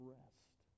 rest